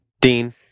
Dean